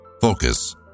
Focus